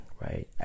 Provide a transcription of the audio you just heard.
right